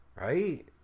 Right